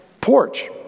porch